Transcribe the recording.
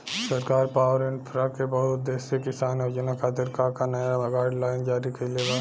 सरकार पॉवरइन्फ्रा के बहुउद्देश्यीय किसान योजना खातिर का का नया गाइडलाइन जारी कइले बा?